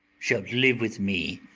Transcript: shalt live with me,